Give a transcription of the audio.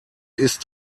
ist